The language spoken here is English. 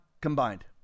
combined